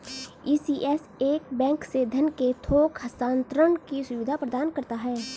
ECS एक bank से धन के थोक हस्तांतरण की सुविधा प्रदान करता है